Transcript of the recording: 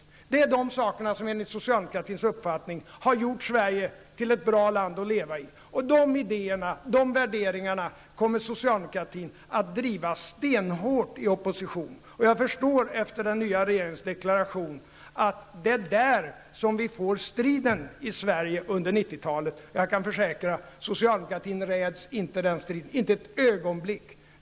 Det är de saker som enligt socialdemokratins uppfattning har gjort Sverige till ett bra land att leva i. Och dessa idéer och värderingar kommer socialdemokratin att driva stenhårt i opposition. Och jag förstår, efter den nya regeringens deklaration att det är detta som vi kommer att få strid om i Sverige under 90 talet. Och jag kan försäkra att socialdemokratin inte ett ögonblick räds den striden.